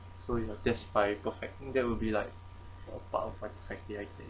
so ya that's my perfect that will be like a part of my perfect day I guess